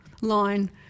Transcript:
line